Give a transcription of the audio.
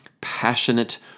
passionate